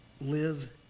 live